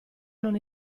non